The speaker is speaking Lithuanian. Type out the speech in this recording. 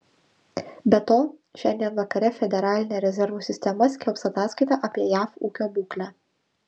be to šiandien vakare federalinė rezervų sistema skelbs ataskaitą apie jav ūkio būklę